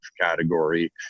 category